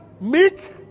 meek